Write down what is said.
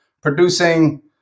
producing